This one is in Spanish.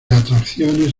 atracciones